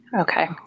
Okay